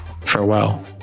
Farewell